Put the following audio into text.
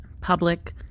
Public